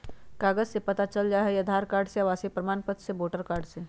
कागज से पता चल जाहई, आधार कार्ड से, आवासीय प्रमाण पत्र से, वोटर कार्ड से?